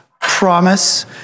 promise